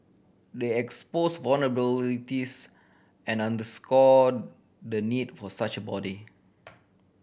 the exposed vulnerabilities and underscore the need for such a body